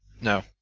No